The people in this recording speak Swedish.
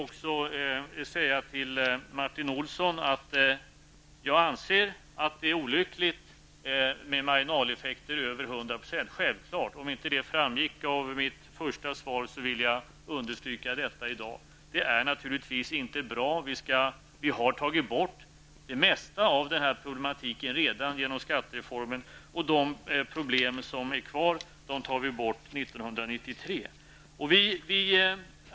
Det är självklart olyckligt, Martin Olsson, med marginaleffekter på över 100 %. Om det inte framgick av mitt svar, vill jag understryka det nu. Det är naturligtvis inte bra. Vi har tagit bort största delen av det problemet med hjälp av skattereformen. De problem som finns kvar tas bort 1993.